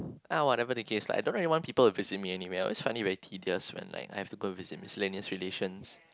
ah whatever the case lah I don't really want people to visit me anyway I always find it very tedious when like I have to go visit miscellaneous relations